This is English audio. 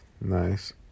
Nice